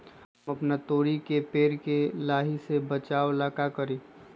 हम अपना तोरी के पेड़ के लाही से बचाव ला का करी?